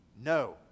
No